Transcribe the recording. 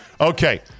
Okay